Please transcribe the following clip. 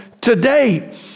today